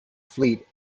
fleet